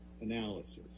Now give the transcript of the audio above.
analysis